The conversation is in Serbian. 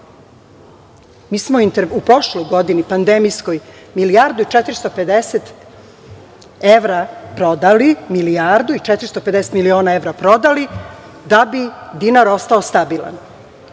smo u prošloj godini, pandemijskoj, milijardu i 450 miliona evra prodali da bi dinar ostao stabilan,